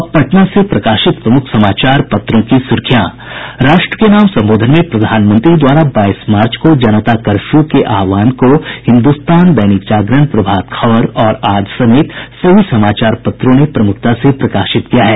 अब पटना से प्रकाशित प्रमुख समाचार पत्रों की सुर्खियां राष्ट्र के नाम संबोधन में प्रधानमंत्री द्वारा बाईस मार्च को जनता कर्फ्यू के आहवान को हिन्दुस्तान दैनिक जागरण प्रभात खबर और आज समेत सभी समाचार पत्रों ने प्रमुखता से प्रकाशित किया है